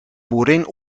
boerin